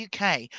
UK